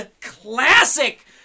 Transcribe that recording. classic